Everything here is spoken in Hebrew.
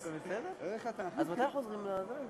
אותו רצון שביטא באופן נבואי ממש תיאודור הרצל